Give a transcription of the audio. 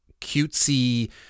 cutesy